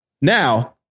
Now